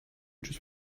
just